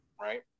right